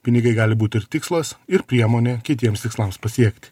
pinigai gali būt ir tikslas ir priemonė kitiems tikslams pasiekt